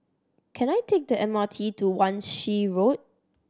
can I take the M R T to Wan Shih Road